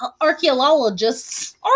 archaeologists